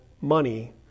money